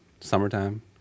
summertime